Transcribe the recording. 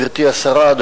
גברתי השרה,